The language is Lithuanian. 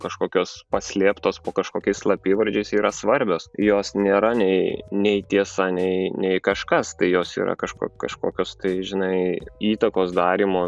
kažkokios paslėptos po kažkokiais slapyvardžiais yra svarbios jos nėra nei nei tiesa nei kažkas tai jos yra kažkur kažkokios kai žinai įtakos darymo